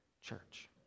church